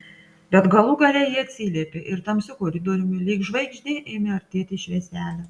bet galų gale ji atsiliepė ir tamsiu koridoriumi lyg žvaigždė ėmė artėti švieselė